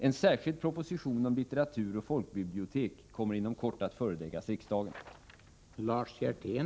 En särskild proposition om litteratur och folkbibliotek kommer inom kort att föreläggas riksdagen.